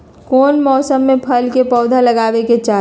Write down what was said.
कौन मौसम में फल के पौधा लगाबे के चाहि?